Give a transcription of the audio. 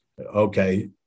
okay